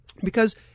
Because-